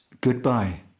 goodbye